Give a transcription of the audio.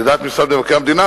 לדעת משרד מבקר המדינה,